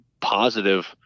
positive